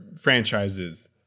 franchises